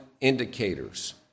indicators